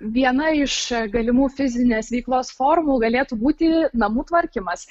viena iš galimų fizinės veiklos formų galėtų būti namų tvarkymas